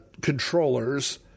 controllers